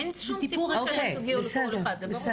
אין שום סיכוי שתגיעו לכל אחד, זה ברור לי.